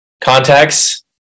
Contacts